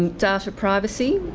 and data privacy,